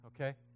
okay